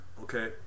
okay